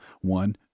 one